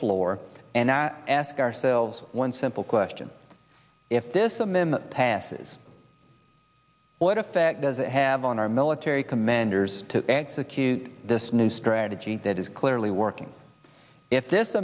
floor and ask ourselves one simple question if this a minimum passes what effect does it have on our military commanders to execute this new strategy that is clearly working if this